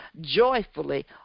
joyfully